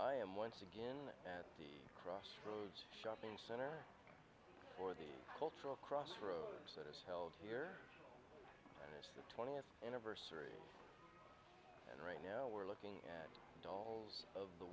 i am once again at the crossroads shopping center for the cultural crossroads that is held here and it's the twentieth anniversary and right now we're looking at dolls of the